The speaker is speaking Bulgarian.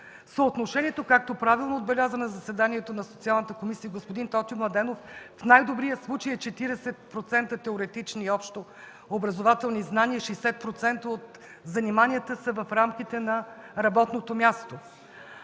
Съотношението, както правилно отбеляза на заседанието на Социалната комисия господин Тотю Младенов, в най добрия случай е 40% теоретични и общообразователни знания, 60% от заниманията са в рамките на работното място.